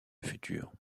future